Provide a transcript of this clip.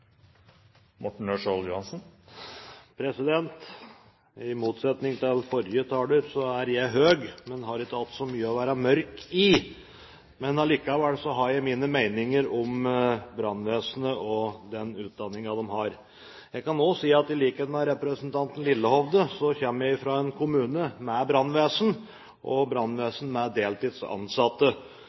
er jeg høy, men har ikke så mye igjen å være mørk i. Likevel har jeg mine meninger om brannvesenet og den utdanningen de har. Jeg kan også si at i likhet med representanten Lillehovde kommer jeg fra en kommune med brannvesen, et brannvesen med deltidsansatte.